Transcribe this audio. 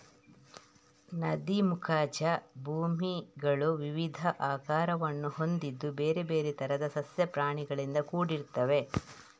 ನದಿ ಮುಖಜ ಭೂಮಿಗಳು ವಿವಿಧ ಆಕಾರವನ್ನು ಹೊಂದಿದ್ದು ಬೇರೆ ಬೇರೆ ತರದ ಸಸ್ಯ ಪ್ರಾಣಿಗಳಿಂದ ಕೂಡಿರ್ತವೆ